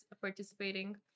participating